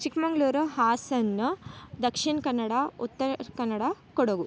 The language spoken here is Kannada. ಚಿಕ್ಕಮಗಳೂರು ಹಾಸನ ದಕ್ಷಿಣ ಕನ್ನಡ ಉತ್ತರ ಕನ್ನಡ ಕೊಡಗು